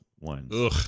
one